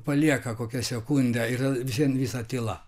palieka kokią sekundę yra vien visa tyla